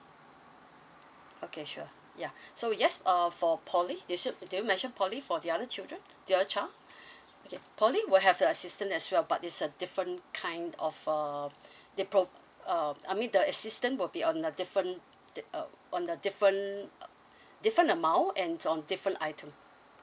okay sure ya so yes uh for poly they should did you mention poly for the other children the other child okay poly will have the assistance as well but it's a different kind of uh the prom~ uh I mean the assistance will be on a different uh on a different uh different amount and on different item